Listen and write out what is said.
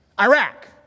Iraq